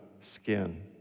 skin